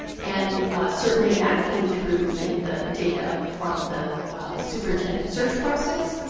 and certainly, that came through in the data from the superintendent search process,